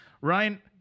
Ryan